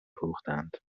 فروختند